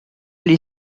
les